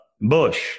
Bush